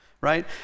right